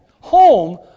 home